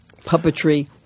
puppetry